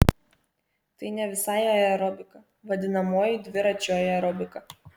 tai ne visai aerobika vadinamoji dviračių aerobika